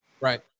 Right